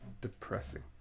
depressing